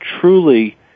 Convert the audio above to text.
truly